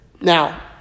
Now